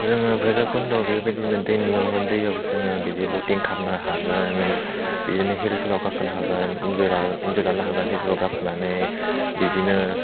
जोङो भैरबकुन्द'आव बेबायदिनो दै नुनो मोनगोन दैयाव जोङो बिदि बटिं खालामनो हागोन बिदिनो हिलफोराव गाखोनो हागोन इनजय लानो इनजय ला हागोन हिलफोराव गाखोनानै बिदिनो